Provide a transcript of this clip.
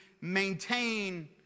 maintain